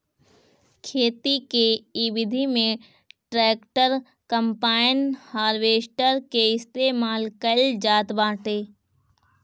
खेती के इ विधि में ट्रैक्टर, कम्पाईन, हारवेस्टर के इस्तेमाल कईल जात बाटे